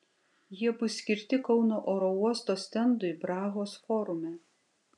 jie bus skirti kauno oro uosto stendui prahos forume